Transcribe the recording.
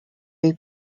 jej